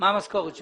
המשכורת שלו?